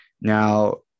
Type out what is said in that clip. Now